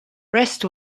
rest